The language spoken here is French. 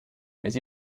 mais